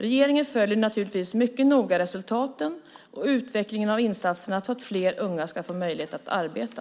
Regeringen följer naturligtvis mycket noga resultaten och utvecklingen av insatserna för att fler unga ska få möjlighet att arbeta.